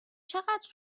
چقدر